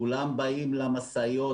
כולם באים למשאיות,